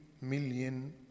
million